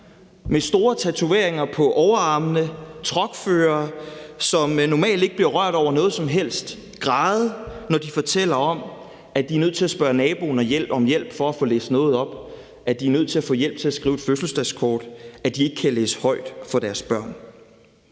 med store tatoveringer på overarmene, truckførere, som normalt ikke bliver rørt over noget som helst, græde, når de fortæller om, at de er nødt til at spørge naboen om hjælp for at få læst noget op, at de er nødt til at få hjælp skulle skrive et fødselsdagskort, at de ikke kan læse højt for deres børn.